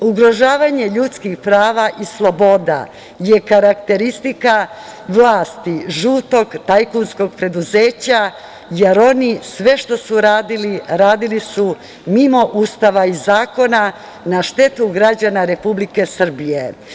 Ugrožavanje ljudskih prava i sloboda je karakteristika vlasti, žutog tajkunskog preduzeća, jer oni sve što su radili radili su mimo Ustava i zakona na štetu građana Republike Srbije.